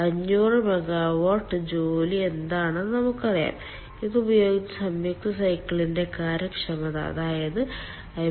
500 megawatt ജോലി എന്താണെന്ന് നമുക്കറിയാം ഇത് ഉപയോഗിച്ച് സംയുക്ത സൈക്കിളിന്റെ കാര്യക്ഷമത അതായത് 53